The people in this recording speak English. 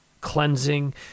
Cleansing